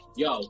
yo